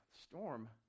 storm